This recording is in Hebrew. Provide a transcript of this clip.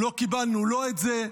לא קיבלנו לא את זה,